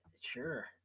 Sure